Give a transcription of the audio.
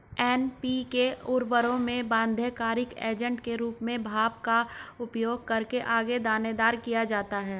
NPK उर्वरकों में बाध्यकारी एजेंट के रूप में भाप का उपयोग करके आगे दानेदार किया जाता है